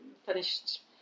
Finished